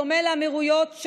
בדומה לאמירויות,